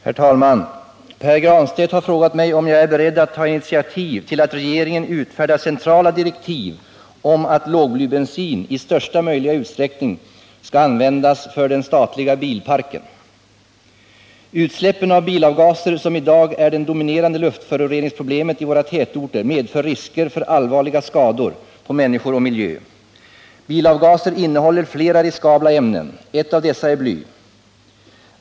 Herr talman! Pär Granstedt har frågat mig om jag är beredd att ta initiativ till att regeringen utfärdar centrala direktiv om att lågblybensin i största möjliga utsträckning skall användas för den statliga bilparken. Utsläppen av bilavgaser, som i dag är det dominerande luftföroreningsproblemet i våra tärorter, medför risker för allvarliga skador på människor och miljö. Bilavgaser innehåller flera riskabla ämnen. Ett av dessa är bly.